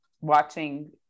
watching